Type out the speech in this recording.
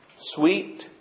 Sweet